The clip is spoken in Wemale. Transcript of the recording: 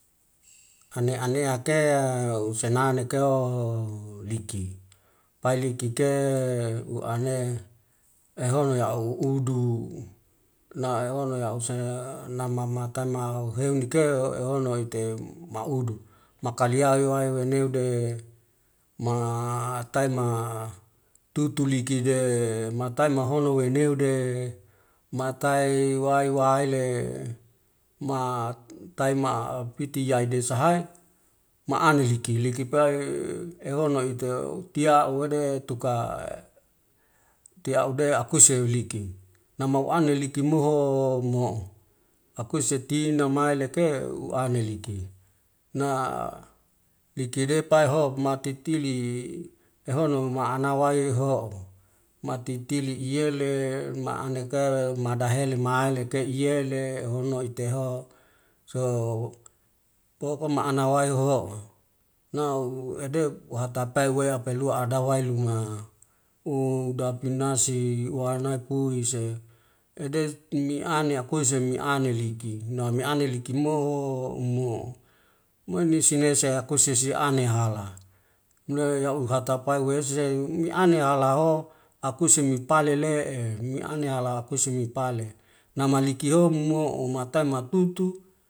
Ane anea ke usenane keo liki pai likike uane ehono ya`u udu naeono yuseya nama matam mauheuni ke ehono ite maudu, makaliyaa yewi wenude ma taaima tutu liki de matai mahono weneude matai wai waile ma taima'a piti yaide sahe maane liki likipae ehono ike iti a`u wede tuka tiaude akuse liki namu ane liki moho mo'o akuse tina mai leke uane liki depai hop matitili ehono homa anawai ho'o, matitili iyele ma aneke madahele maileke iyele, hono iteho soho pokona anawai hohoe, na uede uhatapi we apelua adawai luma udapinasi uanapuise ede miane akuse miane liki, namine liki moho mu'o moi ni senese akuse siane hala uhatapai uwesei miane halaho akuse mipale le'e miane hala pusi mipale nma likiho matai matutu.